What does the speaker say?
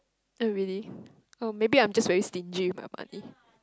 oh really oh maybe I'm just very stingy with my money